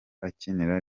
akinira